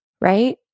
right